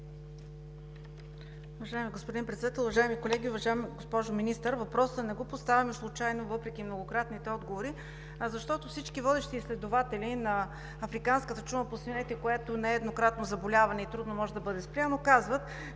Уважаеми господин Председател, уважаеми колеги! Уважаема госпожо Министър, въпроса не го поставяме случайно, въпреки многократните отговори, а защото всички водещи изследователи на африканската чума по свинете, която не е еднократно заболяване и трудно може да бъде спряно, казват,